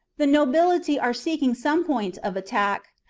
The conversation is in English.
the nobility are seeking some point of attack.